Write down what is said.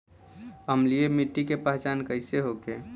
अम्लीय मिट्टी के पहचान कइसे होखे?